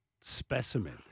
specimen